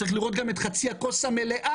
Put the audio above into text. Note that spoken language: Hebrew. צריך לראות גם את חצי הכוס המלאה,